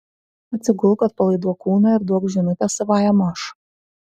atsigulk atpalaiduok kūną ir duok žinutę savajam aš